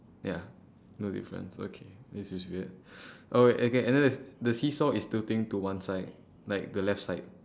ya no difference okay this is weird oh wait okay and there's the seesaw is tilting to one side like the left side